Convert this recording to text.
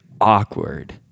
awkward